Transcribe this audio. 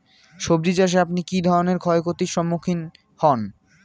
সবজী চাষে আপনি কী ধরনের ক্ষয়ক্ষতির সম্মুক্ষীণ হন?